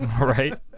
right